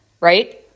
right